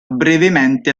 brevemente